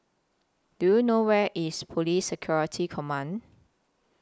Do YOU know Where IS Police Security Command